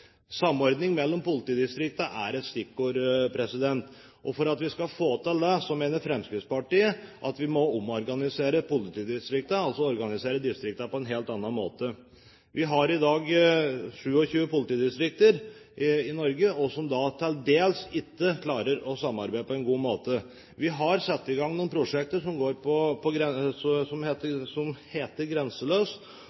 mener Fremskrittspartiet at vi må omorganisere politidistriktene – altså organisere distriktene på en helt annen måte. Vi har i dag 27 politidistrikter i Norge, som til dels ikke klarer å samarbeide på en god måte. Vi har satt i gang noen prosjekter, bl.a. Grenseløs, som viser at samarbeid mellom distriktene fungerer på